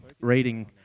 reading